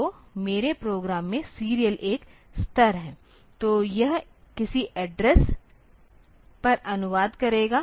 तो मेरे प्रोग्राम में सीरियल एक स्तर है तो यह किसी एड्रेस पर अनुवाद करेगा